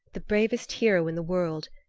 the bravest hero in the world,